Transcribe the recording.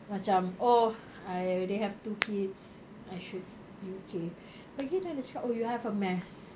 macam oh I already have two kids I should be okay pergi then dia cakap oh you have a mass